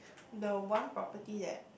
the one property that